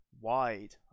wide